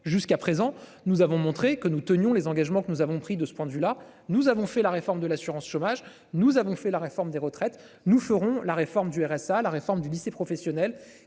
Jusqu'à présent nous avons montré que nous tenions les engagements que nous avons pris de ce point de vue là, nous avons fait la réforme de l'assurance chômage. Nous avons fait la réforme des retraites, nous ferons la réforme du RSA. La réforme du lycée professionnel